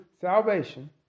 salvation